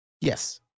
Yes